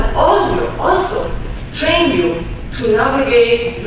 also train you to navigate